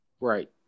right